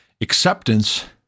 Acceptance